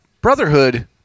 Brotherhood